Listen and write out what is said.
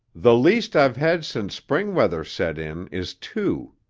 the least i've had since spring weather set in is two.